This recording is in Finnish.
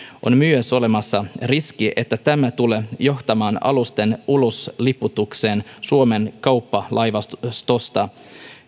on myös olemassa riski että tämä tulee johtamaan alusten ulosliputukseen suomen kauppalaivastosta